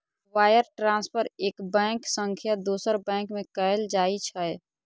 wire transfer एक bank सं दोसर बैंक में कैल जाइ छै